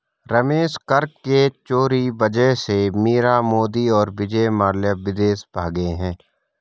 रमेश कर के चोरी वजह से मीरा मोदी और विजय माल्या विदेश भागें हैं